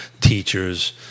teachers